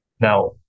Now